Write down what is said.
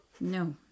no